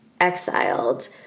exiled